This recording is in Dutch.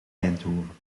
eindhoven